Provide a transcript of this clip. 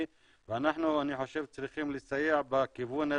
ואני חושב שאנחנו צריכים לסייע בכיוון הזה,